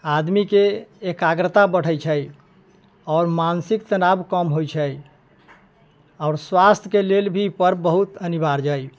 आदमीके एकाग्रता बढ़ै छै आओर मानसिक तनाव कम होइ छै आओर स्वास्थ्यके लेल भी पर्ब बहुत अनिवार्य है